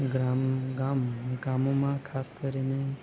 ગ્રામ ગામ ગામોમાં ખાસ કરીને